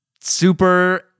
super